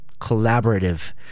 collaborative